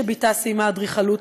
שבתה סיימה אדריכלות,